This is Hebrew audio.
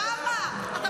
למה אתה